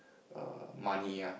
err money ah